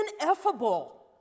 ineffable